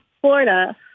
Florida